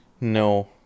No